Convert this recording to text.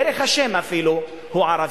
דרך השם, אפילו, הוא ערבי.